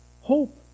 hope